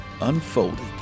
unfolded